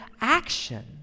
action